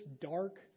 dark